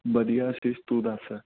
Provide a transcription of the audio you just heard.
ਵਧੀਆ ਸ਼ਤੀਸ਼ ਤੂੰ ਦੱਸ